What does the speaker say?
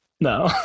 no